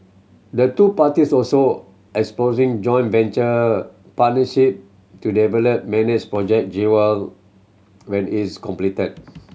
the two parties also exposing joint venture partnership to develop manage Project Jewel when is completed